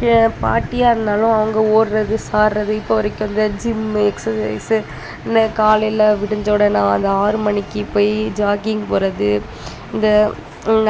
கெ பாட்டியாக இருந்தாலும் அவங்க ஓடுறது சாறது இப்போது வரைக்கும் வந்து ஜிம்மு எக்ஸசைஸ்ஸு இன்று காலையில் விடிஞ்ச உடனே அந்த ஆறு மணிக்கு போய் ஜாக்கிங் போகிறது இந்த